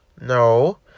No